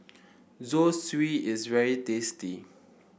Zosui is very tasty